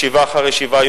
ישיבה אחר ישיבה,